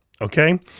okay